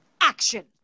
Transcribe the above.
action